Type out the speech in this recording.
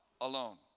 alone